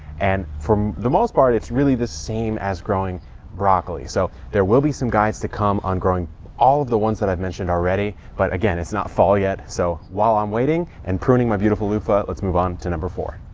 and for the most part, it's really the same as growing broccoli. so there will be some guides to come on growing all of the ones that i've mentioned already. but again, it's not fall yet. so while i'm waiting and pruning my beautiful luffa, let's move on to number four.